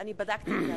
בדקנו את המייל.